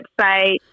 website